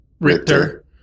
Richter